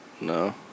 No